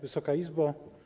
Wysoka Izbo!